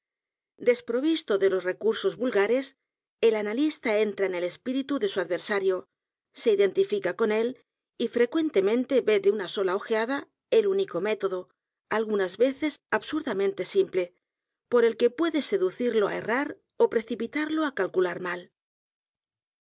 desprovisto de los recursos vulgares el analista entra en el espíritu de su adversario se identifica con él y frecuentemente ve de una sola ojeada el único método algunas veces absurdamente simple por el que puede seducirlo á e r r a r ó precipitarlo á calcular mal